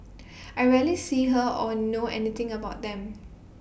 I rarely see her or know anything about them